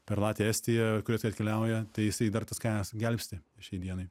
per latviją estiją kuriose atkeliauja tai jisai dar tas kainas gelbsti šiai dienai